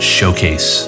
Showcase